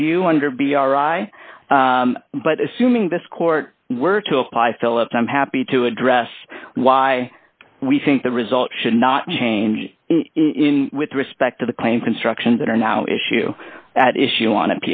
review under b r i but assuming this court were to apply phillips i'm happy to address why we think the result should not change in with respect to the claim constructions that are now issue at issue on